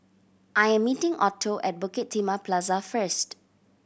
I am meeting Otto at Bukit Timah Plaza first